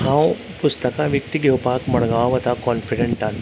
हांव पुस्तकां विकती घेवपाक मडगांवा वयतां कोनफिडन्टान